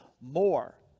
more